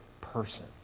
person